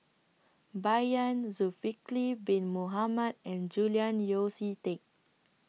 Bai Yan Zulkifli Bin Mohamed and Julian Yeo See Teck